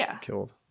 killed